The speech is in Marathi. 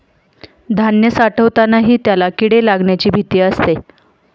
धान्य साठवतानाही त्याला किडे लागण्याची भीती असते